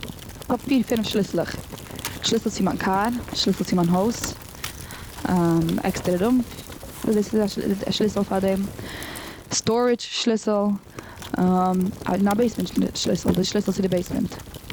כ'האב פיר, פינעף שליסלעך. שליסל צו מיין קאר, שליסל צו מיין הויז, עקסטערע רום וואס דאס איז א א שליסל פאר דעם. סטארעדזש שליסל, און א בעסמענט שליסל, ש, די שליסל צו די בעסמענט.